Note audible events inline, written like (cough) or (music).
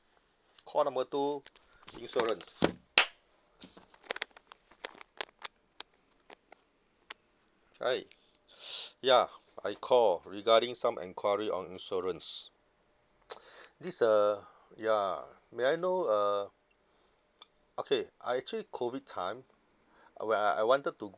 call number two insurance hi (noise) ya I call regarding some enquiry on insurance (noise) this uh ya may I know uh okay I actually COVID time when I wanted to